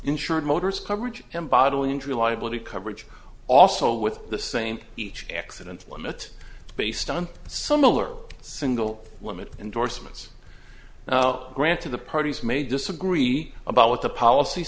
insured motors coverage and bodily injury liability coverage also with the same each accident limit based on some miller single limit indorsements granted the parties may disagree about what the policy